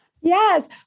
Yes